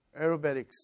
aerobatics